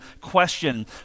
question